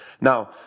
Now